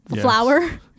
flour